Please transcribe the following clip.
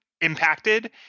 impacted